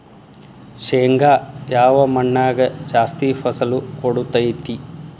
ಶೇಂಗಾ ಯಾವ ಮಣ್ಣಾಗ ಜಾಸ್ತಿ ಫಸಲು ಕೊಡುತೈತಿ?